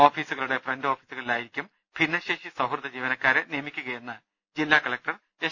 ഓഫീസുകളുടെ ഫ്രണ്ട് ഓഫീസുകളിലായിരിക്കും ഭിന്നശേഷി സൌഹൃദ ജീവനക്കാരെ നിയമിക്കുകയെന്ന് ജില്ലാ കലക്ടർ എസ്